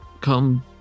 come